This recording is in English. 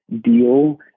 deal